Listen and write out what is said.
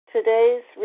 Today's